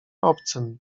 obcym